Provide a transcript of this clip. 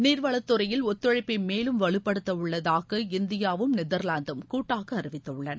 நீர்வளத்துறையில் ஒத்துழைப்பை மேலும் வலுப்படுத்த உள்ளதாக இந்தியாவும் நெதா்லாந்தும் கூட்டாக அறிவித்துள்ளன